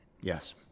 Yes